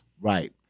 Right